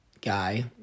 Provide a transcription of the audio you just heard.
guy